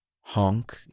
Honk